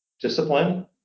discipline